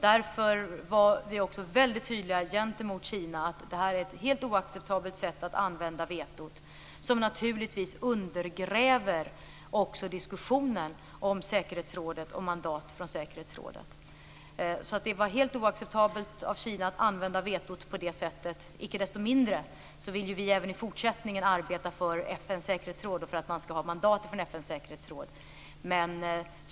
Därför var vi också väldigt tydliga gentemot Kina när det gäller att det här är ett helt oacceptabelt sätt att använda vetot på, ett sätt som naturligtvis också undergräver diskussionen om säkerhetsrådet och om mandat från säkerhetsrådet. Det var alltså helt oacceptabelt av Kina att använda vetot på det sättet. Inte desto mindre vill vi ju även i fortsättningen arbeta för FN:s säkerhetsråd och för att man skall ha ett mandat från FN:s säkerhetsråd.